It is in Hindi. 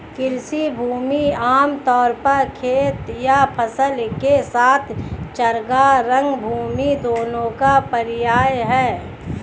कृषि भूमि आम तौर पर खेत या फसल के साथ चरागाह, रंगभूमि दोनों का पर्याय है